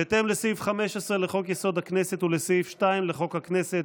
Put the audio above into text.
בהתאם לסעיף 15 לחוק-יסוד: הכנסת ולסעיף 2 לחוק הכנסת,